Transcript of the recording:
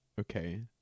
Okay